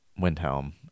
Windhelm